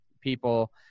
people